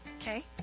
okay